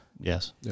Yes